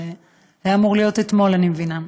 זה היה אמור להיות אתמול, אני מבינה.